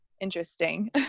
interesting